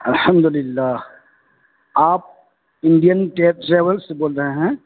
الحمدُ لِلّہ آپ انڈین ٹریولس سے بول رہے ہیں